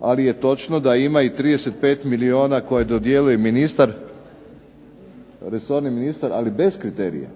Ali je točno da ima i 35 milijuna koje dodjeljuje ministar, resorni ministar ali bez kriterija